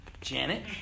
Janet